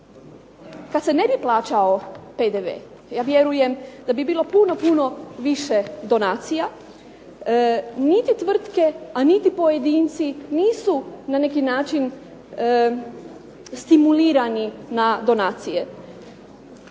Kad se ne bi plaćao PDV ja vjerujem da bi bilo puno, puno više donacija. Niti tvrtke, a niti pojedinci nisu na neki način stimulirani na donacije